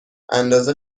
اندازه